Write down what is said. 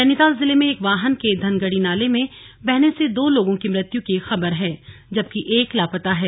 नैनीताल जिले में एक वाहन के धनगढ़ी नाले में बहने से दो लोगों की मृत्यु की खबर है जबकि एक लापता है